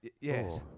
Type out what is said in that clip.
Yes